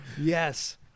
Yes